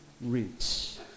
roots